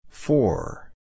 Four